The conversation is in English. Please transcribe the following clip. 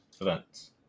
events